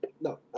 No